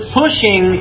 pushing